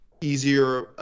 easier